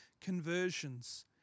conversions